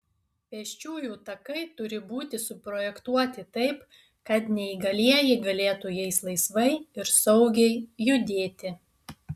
pėsčiųjų takai turi būti suprojektuoti taip kad neįgalieji galėtų jais laisvai ir saugiai judėti